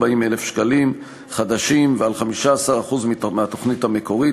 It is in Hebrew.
ו-940,000 ועל 15% מהתוכנית המקורית,